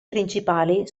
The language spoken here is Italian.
principali